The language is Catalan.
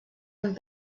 amb